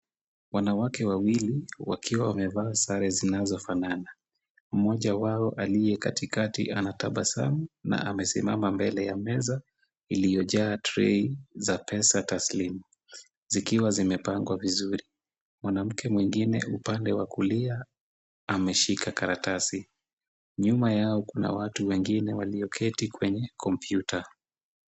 Wanawake wawili wakiwa wamevaa sare zinazofanana. Mmoja wao aliye katikati anatabasamu na amesimama mbele ya meza iliyojaa tray za pesa taslimu. Zikiwa zimepangwa vizuri. Mwanamke mwingine upande wa kulia, ameshika karatasi. Nyuma yao kuna watu wengine walioketi kwenye kompyuta.